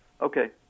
Okay